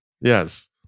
yes